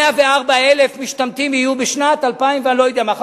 104,000 משתמטים יהיו בשנת אלפיים-ואני-לא-יודע-מה.